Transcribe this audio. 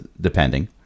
Depending